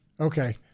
Okay